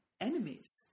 enemies